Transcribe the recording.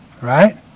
Right